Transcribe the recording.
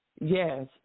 Yes